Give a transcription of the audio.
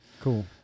Cool